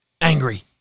angry